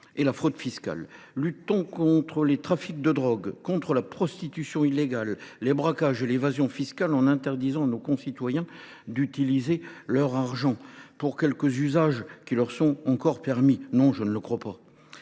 et la fraude fiscale. Lutte t on contre les trafics de drogue, contre la prostitution illégale, contre les braquages et l’évasion fiscale en interdisant à nos concitoyens d’utiliser leur argent pour les quelques usages où cela est encore permis ? Non, je ne le crois pas.